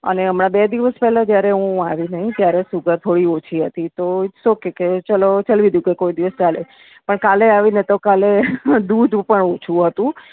અને હમણાં બે દિવસ પહેલા જ્યારે હું આવીને ત્યારે સુગર થોડી ઓછી હતી તો ઇટ્સ ઓકે કે ચાલો કોઈ દિવસ ચાલે પણ કાલે આવીને તો કાલે દૂધ પણ ઓછું હતું